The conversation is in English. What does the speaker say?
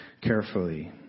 carefully